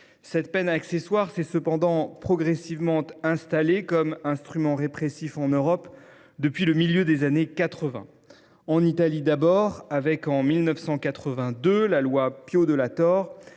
Cette peine accessoire s’est cependant progressivement installée comme instrument répressif en Europe depuis le milieu des années 1980. En Italie d’abord a été votée en 1982 la loi Pio La Torre,